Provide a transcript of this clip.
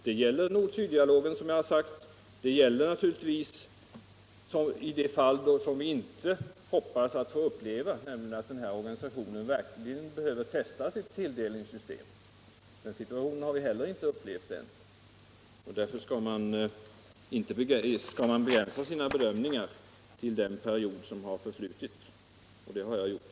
Det gäller nord-syddialogen, som jag har sagt, och det gäller naturligtvis i det fall som vi inte hoppas att få uppleva, nämligen att den här organisationen verkligen behöver pröva sitt tilldelningssystem. Den situationen har vi inte upplevt än. Därför skall man begränsa sina bedömningar till den period som har förflutit, och det har jag gjort.